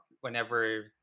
whenever